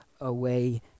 away